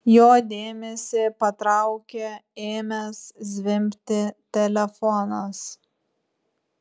jo dėmesį patraukė ėmęs zvimbti telefonas